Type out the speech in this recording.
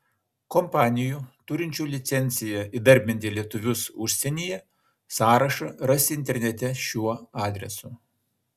kompanijų turinčių licenciją įdarbinti lietuvius užsienyje sąrašą rasi internete šiuo adresu